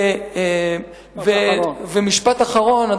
משפט אחרון.